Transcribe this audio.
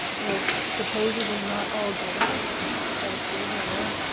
with supposedly not all gold he's got a silver leg.